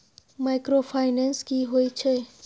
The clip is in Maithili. माइक्रोफाइनेंस की होय छै?